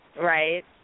Right